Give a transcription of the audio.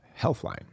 Healthline